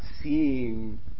seeing